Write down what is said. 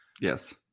Yes